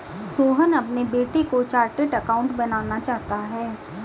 सोहन अपने बेटे को चार्टेट अकाउंटेंट बनाना चाहता है